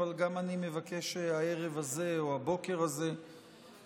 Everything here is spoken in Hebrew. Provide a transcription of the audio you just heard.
אבל גם אני מבקש הערב הזה או הבוקר הזה לשלוח